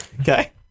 Okay